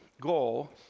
goal